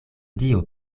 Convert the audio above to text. dio